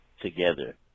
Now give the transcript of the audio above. together